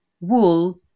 wool